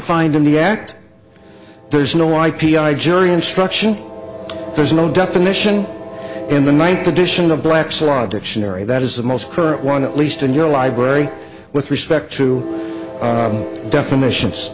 defined in the act there is no i p i jury instruction there is no definition in the ninth edition of black's law dictionary that is the most current one at least in your library with respect to definitions